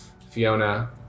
Fiona